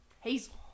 Hazel